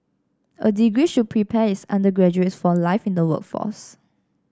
a degree should prepare its undergraduates for life in the workforce